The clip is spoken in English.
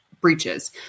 breaches